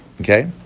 okay